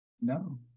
No